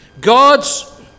God's